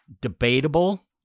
debatable